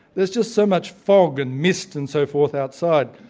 there's just so much fog and mist and so forth outside,